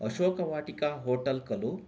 Ashok Vatika hotel खलु